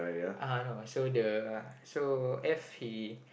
uh I know so the so F he